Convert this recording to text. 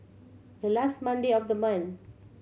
the last Monday of the month